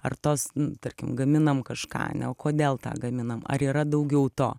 ar tos tarkim gaminam kažką ane o kodėl tą gaminam ar yra daugiau to